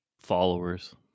followers